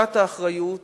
ותחושת האחריות